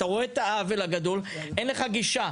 אתה רואה את העוול הגדול אבל אין לך גישה.